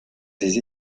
des